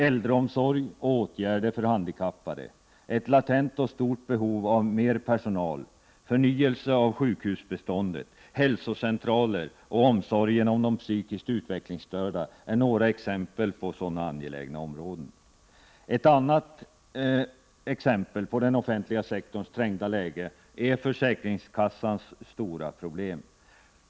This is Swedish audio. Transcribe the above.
Äldreomsorg och åtgärder för handikappade, ett latent och stort behov av mer personal, förnyelse av sjukhusbeståndet, hälsocentraler och omsorg om de psykiskt utvecklingsstörda är exempel på sådana angelägna områden. Ett annat exempel på den offentliga sektorns trängda läge är försäkringskassans stora problem.